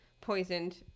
poisoned